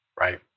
right